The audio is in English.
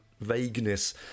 vagueness